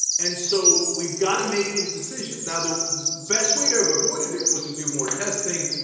and so we gotta make these decisions. now, the best way to have avoided it was to do more testing,